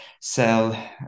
sell